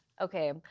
Okay